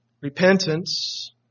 repentance